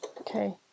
Okay